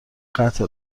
قطع